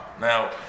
Now